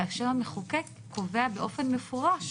אם כי הייתי שמח אם בתקופת הקורונה הייתם מזכירים לציבור.